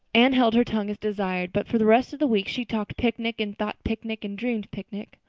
anne held her tongue as desired. but for the rest of the week she talked picnic and thought picnic and dreamed picnic.